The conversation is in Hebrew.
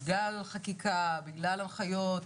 גל חקיקה בגלל הנחיות,